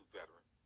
veteran